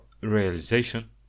realization